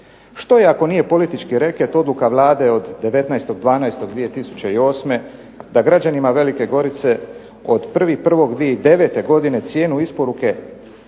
Što je ako nije politički reket odluka Vlade od 19.12.2008. da građanima Velike Gorice od 1.1.2009. godine cijenu isporuke